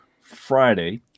Friday